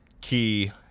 key